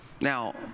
Now